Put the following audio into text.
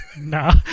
nah